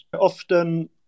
often